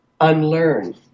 unlearn